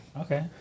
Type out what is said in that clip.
Okay